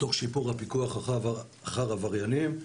תוך שיפור הפיקוח אחר עבריינים.